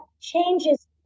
changes